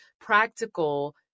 practical